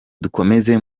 dukomeze